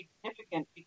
significant